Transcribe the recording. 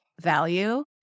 value